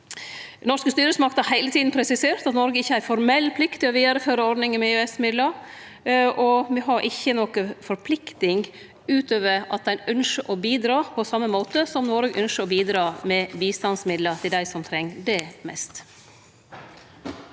Norske styresmakter har heile tida presisert at Noreg ikkje har ei formell plikt til å vidareføre ordninga med EØS-midlar, og me har ikkje noko forplikting utover at ein ønskjer å bidra, på same måten som Noreg ønskjer å bidra med bistandsmidlar til dei som treng det mest.